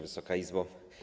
Wysoka Izbo!